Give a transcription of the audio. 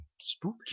Spooky